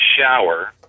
shower